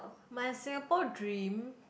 my Singapore dream